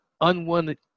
unwanted